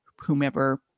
whomever